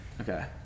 Okay